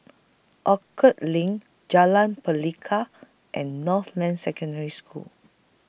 Orchard LINK Jalan Pelikat and Northland Secondary School